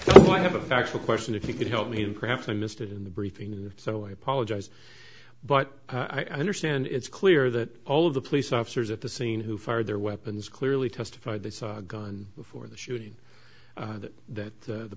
but i have a factual question if you could help me and perhaps i missed it in the briefing so i apologize but i understand it's clear that all of the police officers at the scene who fired their weapons clearly testified they saw a gun before the shooting that